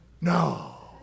No